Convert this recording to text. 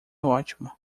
ótimo